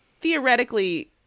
Theoretically